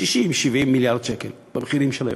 70-60 מיליארד שקל במחירים של היום,